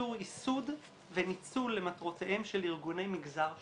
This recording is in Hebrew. איסור ייסוד וניצול למטרותיהם של ארגוני מגזר שלישי.